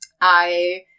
I-